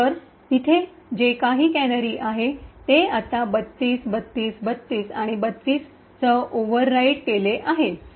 तर तिथे जे काही कॅनरी आहे ते आता ३२ ३२ ३२ आणि ३२ सह ओव्हर राईट केले आहे